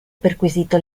perquisito